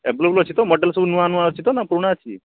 available ଅଛି ତ model ସବୁ ନୂଆ ନୂଆ ଅଛି ତ ନା ପୁରୁଣା ଅଛି